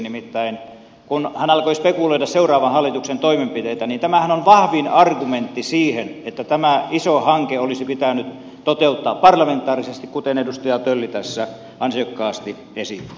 nimittäin kun hän alkoi spekuloida seuraavan hallituksen toimenpiteitä niin tämähän on vahvin argumentti siihen että tämä iso hanke olisi pitänyt toteuttaa parlamentaarisesti kuten edustaja tölli tässä ansiokkaasti esitti